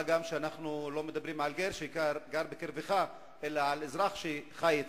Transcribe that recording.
מה גם שאנחנו לא מדברים על גר שגר בקרבך אלא על אזרח שחי אתך.